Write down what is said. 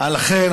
לכן,